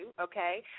okay